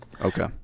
Okay